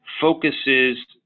focuses